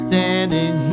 Standing